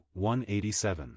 187